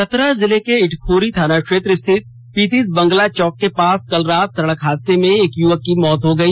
चतरा जिले के इटखोरी थाना क्षेत्र स्थित पितिज बंगला चौक के पास कल रात सड़क हादसे में एक युवक की मौत हो गई